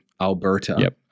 alberta